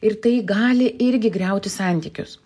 ir tai gali irgi griauti santykius